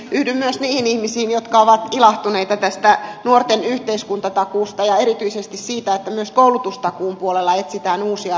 yhdyn myös niihin ihmisiin jotka ovat ilahtuneita tästä nuorten yhteiskuntatakuusta ja erityisesti siitä että myös koulutustakuun puolella etsitään uusia ratkaisuja